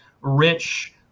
rich